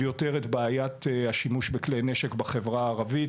יותר את בעיית השימוש בכלי נשק בחברה הערבית